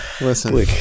listen